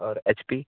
और H P